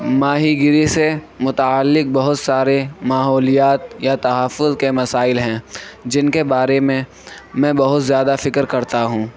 ماہی گیری سے متعلق بہت سارے ماحولیات یا تحفظ کے مسائل ہیں جن کے بارے میں میں بہت زیادہ فکر کرتا ہوں